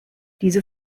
diese